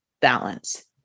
balance